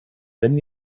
wenn